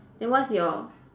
then what's your